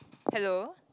hello